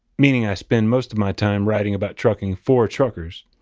meaning i spend most of my time writing about trucking for truckers.